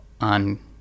on